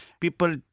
People